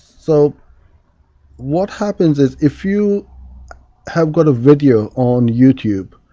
so what happens is if you have got a video on youtube,